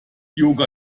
yoga